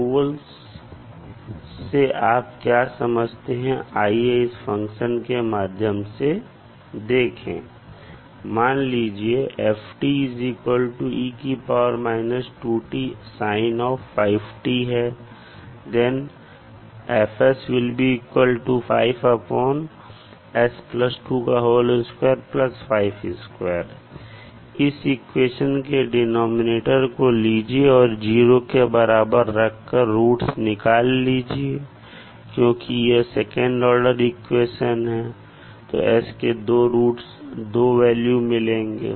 poles से आप क्या समझते हैं आइए इस फंक्शन के माध्यम से देखें इस इक्वेशन के डिनॉमिनेटर को लीजिए और 0 के बराबर रखकर रूट्स निकाल लीजिए और क्योंकि यह सेकंड ऑर्डर इक्वेशन है आपको s के 2 वैल्यू मिलेंगे